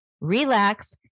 relax